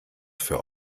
für